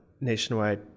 nationwide